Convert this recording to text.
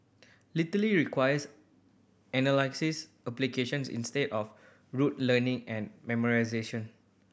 requires analysis applications instead of rote learning and memorisation